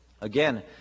Again